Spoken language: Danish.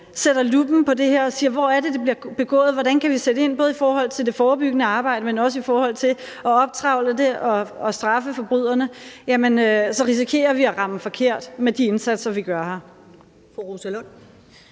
sætter luppen på det her og ser på, hvor det er, det bliver begået, og hvordan vi kan sætte ind, både i forhold til det forebyggende arbejde, men også i forhold til at optrevle det og straffe forbryderne, så risikerer vi at ramme forkert med de indsatser, vi gør her. Kl.